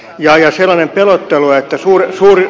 ja sellainen pelottelu että suuren suuri